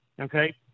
Okay